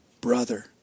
brother